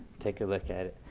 take a look at it,